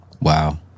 Wow